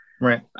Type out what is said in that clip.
right